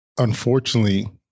Unfortunately